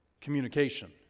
communication